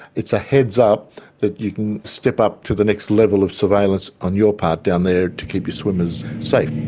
it's a heads-up that you can step up to the next level of surveillance on your part down there to keep your swimmers safe.